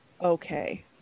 okay